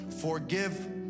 Forgive